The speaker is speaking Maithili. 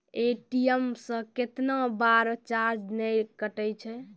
ए.टी.एम से कैतना बार चार्ज नैय कटै छै?